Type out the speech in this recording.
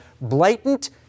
blatant